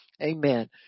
Amen